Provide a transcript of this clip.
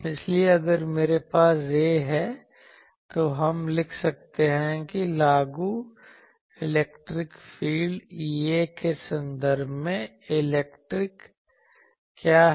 इसलिए अगर मेरे पास यह है तो हम लिख सकते हैं कि लागू इलेक्ट्रिक फील्ड EA के संदर्भ में इलेक्ट्रिक क्या है